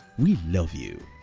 we love you.